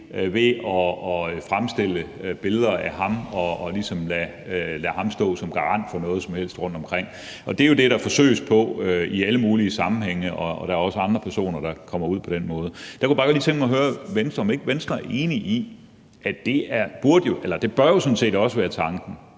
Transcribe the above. ved at fremstille billeder af ham og ligesom lade ham stå som garant for noget rundtomkring. Det er jo det, der forsøges på i alle mulige sammenhænge, og der er også andre personer, der kommer ud for det på den måde. Jeg kunne bare godt lige tænke mig at høre Venstre, om Venstre ikke er enig i, at det sådan set også bør være tanken,